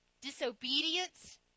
disobedience